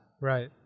Right